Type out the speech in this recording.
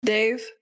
Dave